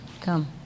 Come